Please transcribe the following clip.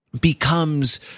becomes